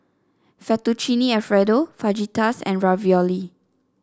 Fettuccine Alfredo Fajitas and Ravioli